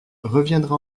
reviendra